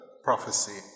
prophecy